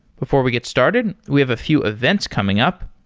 before we get started, we have a few events coming up.